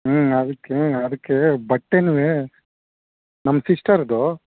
ಹ್ಞೂ ಅದಕ್ಕೇ ಅದಕ್ಕೇ ಬಟ್ಟೆನು ನಮ್ಮ ಸಿಸ್ಟರ್ದು